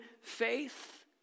faith